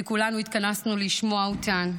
וכולנו התכנסנו לשמוע אותן.